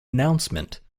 announcement